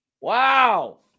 Wow